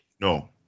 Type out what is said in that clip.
No